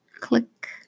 Click